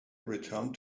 returned